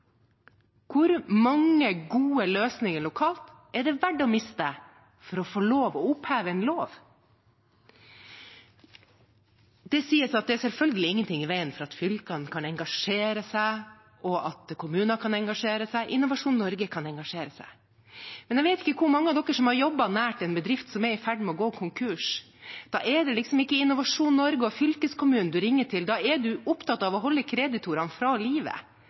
Hvor mange gode løsninger lokalt er det verdt å miste for å få lov til å oppheve en lov? Det sies at det er selvfølgelig ingenting i veien for at fylkene kan engasjere seg, at kommuner kan engasjere seg, og at Innovasjon Norge kan engasjere seg. Jeg vet ikke hvor mange av dere som har jobbet nært en bedrift som er i ferd med å gå konkurs, men da er det liksom ikke Innovasjon Norge og fylkeskommunen man ringer til, da er man opptatt av å holde kreditorene fra livet.